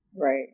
Right